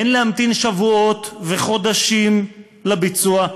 אין להמתין שבועות וחודשים לביצוע,